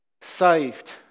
saved